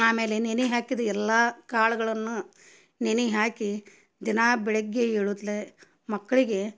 ಆಮೇಲೆ ನೆನೆ ಹಾಕಿದ ಎಲ್ಲ ಕಾಳುಗಳನ್ನು ನೆನೆ ಹಾಕಿ ದಿನಾ ಬೆಳಗ್ಗೆ ಏಳುತ್ಲೆ ಮಕ್ಕಳಿಗೆ